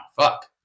Fuck